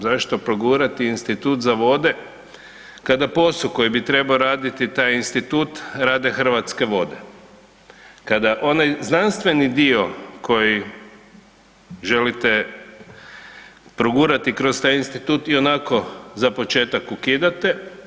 Zašto progurati institut za vode kada posao koji bi trebao raditi taj institut rade Hrvatske vode, kada onaj znanstveni dio koji želite progurati kroz taj institut i onako za početak ukidate.